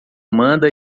manda